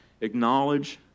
Acknowledge